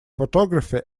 photography